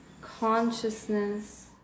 consciousness